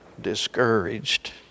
discouraged